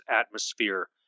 atmosphere